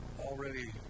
already